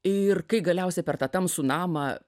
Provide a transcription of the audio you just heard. ir kai galiausia per tą tamsų namą